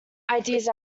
ideas